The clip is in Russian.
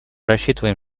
рассчитываем